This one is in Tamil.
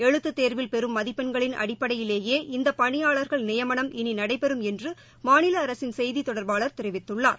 எழுத்து தேர்வில் பெறும் மதிப்பெண்களின் அடிப்படையிலேயே இந்த பணியாளர்கள் நியமனம் இனி நடைபெறும் என்று மாநில அரசின் செய்தித் தொடர்பாளர் தெரிவித்துள்ளார்